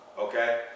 okay